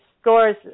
scores